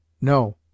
No